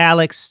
Alex